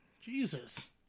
Jesus